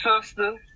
sister